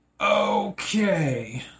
okay